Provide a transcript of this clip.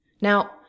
Now